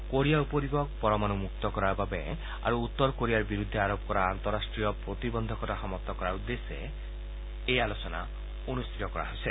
Korea উপদ্বীপক পৰমাণু মুক্ত কৰাৰ বাবে আৰু উত্তৰ কোৰিয়াৰ বিৰুদ্ধে আৰোপ কৰা আন্তঃৰাষ্ট্ৰীয় প্ৰতিবন্ধকতা সমাপ্ত কৰাৰ উদ্দেশ্যে এই আলোচনা অনুষ্ঠিত হ'ব